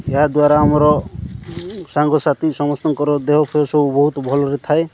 ଏହା ଦ୍ୱାରା ଆମର ସାଙ୍ଗସାଥି ସମସ୍ତଙ୍କର ଦେହ ଫେହ ସବୁ ବହୁତ ଭଲରେ ଥାଏ